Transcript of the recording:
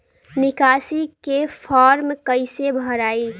निकासी के फार्म कईसे भराई?